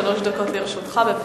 שלוש דקות לרשותך.